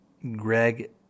Greg